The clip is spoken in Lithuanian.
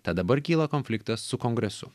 tad dabar kyla konfliktas su kongresu